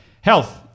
health